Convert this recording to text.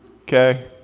okay